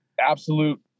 absolute